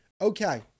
okay